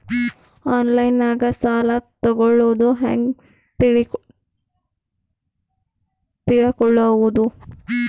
ಆನ್ಲೈನಾಗ ಸಾಲ ತಗೊಳ್ಳೋದು ಹ್ಯಾಂಗ್ ತಿಳಕೊಳ್ಳುವುದು?